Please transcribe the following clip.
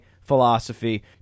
philosophy